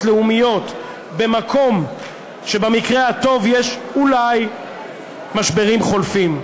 לאומיות במקום שבמקרה הטוב יש אולי משברים חולפים.